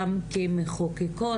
גם כמחוקקות,